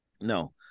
No